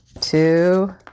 two